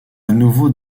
nouveau